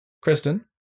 Kristen